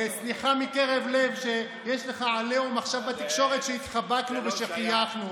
סליחה מקרב לב שיש עליך עליהום עכשיו בתקשורת על שהתחבקנו ושחייכנו.